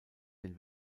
den